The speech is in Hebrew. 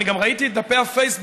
אני גם ראיתי את דפי הפייסבוק: